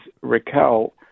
Raquel